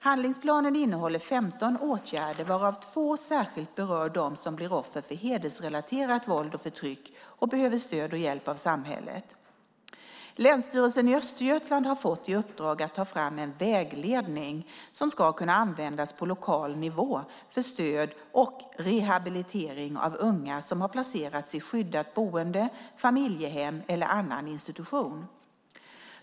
Handlingsplanen innehåller 15 åtgärder, varav två särskilt berör dem som blir offer för hedersrelaterat våld och förtryck och behöver stöd och hjälp av samhället. Länsstyrelsen i Östergötland har fått i uppdrag att ta fram en vägledning som ska kunna användas på lokal nivå för stöd och rehabilitering av unga som har placerats i skyddat boende, familjehem eller annan institution.